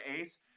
ace